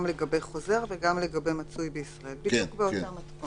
בדיוק באותה מתכונת.